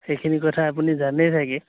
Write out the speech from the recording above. সেইখিনি কথা আপুনি জানেই চাগে